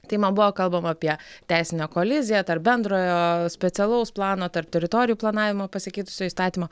tai man buvo kalbama apie teisinę koliziją tarp bendrojo specialaus plano tarp teritorijų planavimo pasikeitusio įstatymo